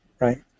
right